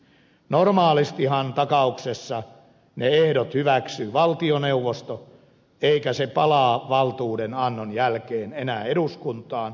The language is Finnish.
normaalistihan takauksessa ne ehdot hyväksyy valtioneuvosto eikä se palaa valtuudenannon jälkeen enää eduskuntaan